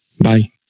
bye